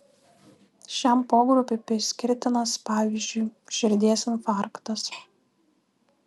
šiam pogrupiui priskirtinas pavyzdžiui širdies infarktas